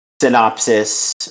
synopsis